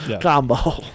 combo